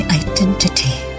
identity